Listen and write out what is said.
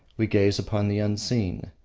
we gaze upon the unseen.